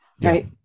right